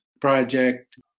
project